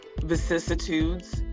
vicissitudes